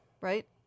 right